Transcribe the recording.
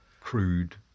crude